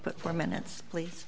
put four minutes please